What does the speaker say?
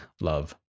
love